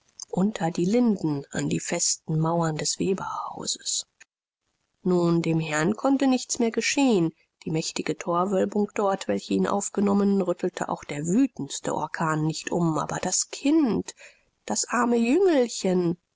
unter die linden an die festen mauern des weberhauses nun dem herrn konnte nichts mehr geschehen die mächtige thorwölbung dort welche ihn aufgenommen rüttelte auch der wütendste orkan nicht um aber das kind das arme jüngelchen